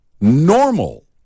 normal